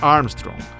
Armstrong